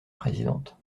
présidente